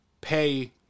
pay